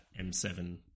M7